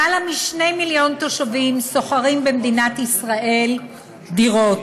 למעלה מ-2 מיליון תושבים שוכרים במדינת ישראל דירות,